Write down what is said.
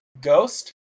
Ghost